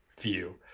view